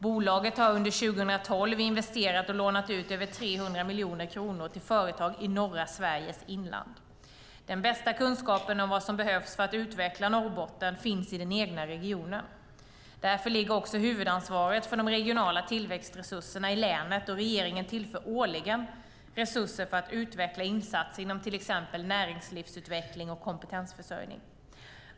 Bolaget har under 2012 investerat och lånat ut över 300 miljoner kronor till företag i norra Sveriges inland. Den bästa kunskapen om vad som behövs för att utveckla Norrbotten finns i den egna regionen. Därför ligger också huvudansvaret för de regionala tillväxtresurserna i länet, och regeringen tillför årligen resurser för att utveckla insatser inom till exempel näringslivsutveckling och kompetensförsörjning.